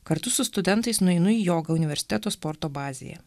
kartu su studentais nueinu į jogą universiteto sporto bazėje